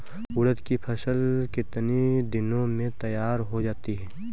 उड़द की फसल कितनी दिनों में तैयार हो जाती है?